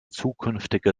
zukünftige